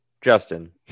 justin